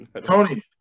Tony